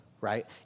right